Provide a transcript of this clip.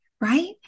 Right